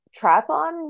triathlon